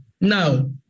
now